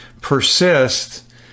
persist